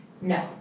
No